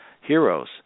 heroes